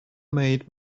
made